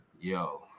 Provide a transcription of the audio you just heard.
Yo